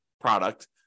product